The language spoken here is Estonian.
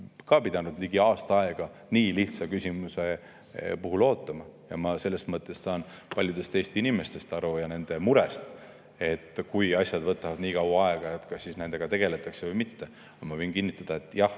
ka pidanud ligi aasta aega nii lihtsa küsimuse puhul ootama. Ma selles mõttes saan aru paljudest Eesti inimestest ja nende murest, et kui asjad võtavad nii kaua aega, kas siis nendega tegeletakse või mitte. Aga ma võin kinnitada, et jah,